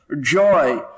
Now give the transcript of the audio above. joy